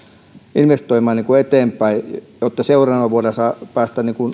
investoimaan eteenpäin jotta seuraavana vuonna päästään